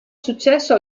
successo